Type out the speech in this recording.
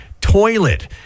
toilet